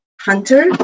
Hunter